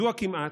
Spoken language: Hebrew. מדוע כמעט?